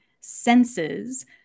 senses